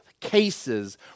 cases